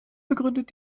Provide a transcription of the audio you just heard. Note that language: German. begründet